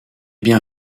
bien